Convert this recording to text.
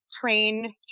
train